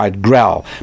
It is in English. growl